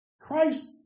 Christ